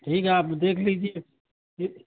ٹھیک ہے آپ دیکھ لیجیے ٹھیک